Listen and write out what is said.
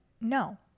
No